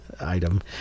item